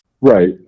Right